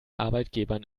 arbeitgebern